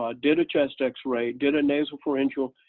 ah did a chest x-ray, did a nasal pharyngeal,